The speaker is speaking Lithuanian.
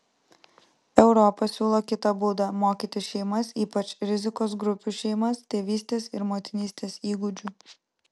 europa siūlo kitą būdą mokyti šeimas ypač rizikos grupių šeimas tėvystės ir motinystės įgūdžių